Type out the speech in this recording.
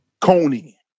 Coney